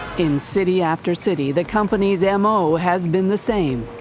in city after city, the company's and mo has been the same.